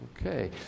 Okay